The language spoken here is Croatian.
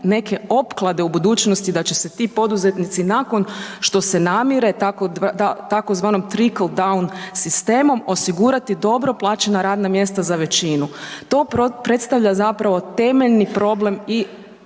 neke opklade u budućnosti da će se ti poduzetnici nakon što se namire, tzv. trickle down sistemom, osigurati dobro plaćena radna mjesta za većinu. To predstavlja zapravo temeljni problem i